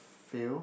fail